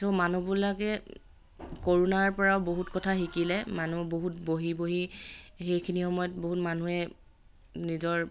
চ' মানুহবিলাকে কৰোণাৰ পৰাও বহুত কথা শিকিলে মানুহ বহুত বহি বহি সেইখিনি সময়ত বহুত মানুহে নিজৰ